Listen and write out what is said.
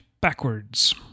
backwards